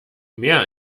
mehr